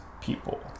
people